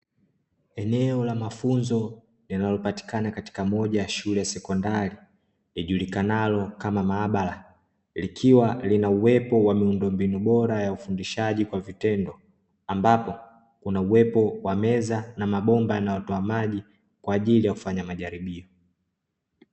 Eneo la mafunzo linalopatikana katika moja ya shule ya sekondari lijulikanalo kama maabara, likiwa lina uwepo wa miundombinu bora ya ufundishaji kwa vitendo ambapo kuna uwepo wa meza na mabomba yanayotoa maji kwa ajili ya kufanya majaribio.